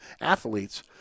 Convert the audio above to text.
athletes